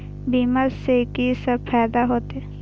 बीमा से की सब फायदा होते?